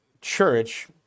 church